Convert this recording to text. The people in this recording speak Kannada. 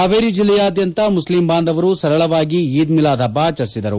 ಹಾವೇರಿ ಜಿಲ್ಲೆಯಾದ್ಯಾಂತ ಮುಸ್ಲಿಂ ಬಾಂಧವರು ಸರಳವಾಗಿ ಈದ್ ಮಿಲಾದ್ ಹಬ್ಬ ಆಚರಿಸಿದರು